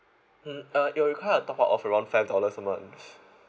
mm uh it'll require a top up of around five dollars a month